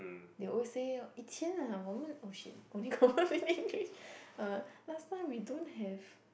they will always say 以前 ah 我们 oh shit only converse in English uh last time we don't have